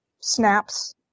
snaps